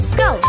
go